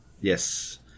Yes